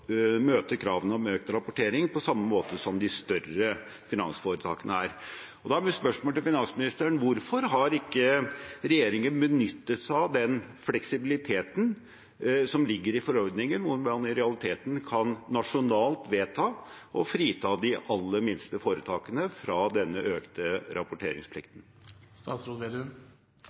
møte kravene om økt rapportering på samme måte som de større finansforetakene er det. Da er mitt spørsmål til finansministeren: Hvorfor har ikke regjeringen benyttet seg av den fleksibiliteten som ligger i forordningen, hvor man i realiteten kan nasjonalt vedta å frita de aller minste foretakene fra denne økte